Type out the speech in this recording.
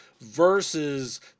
versus